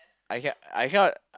I can I cannot